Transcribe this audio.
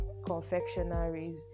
Confectionaries